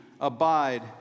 abide